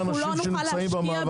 אנחנו לא נוכל להשקיע בזה.